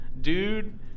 Dude